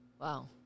Wow